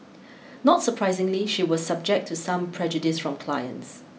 not surprisingly she was subject to some prejudice from clients